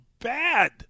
bad